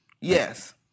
Yes